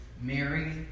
Mary